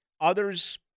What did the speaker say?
Others